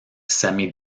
semi